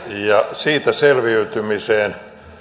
siitä selviytymiseen